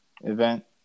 event